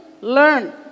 learn